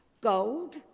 Gold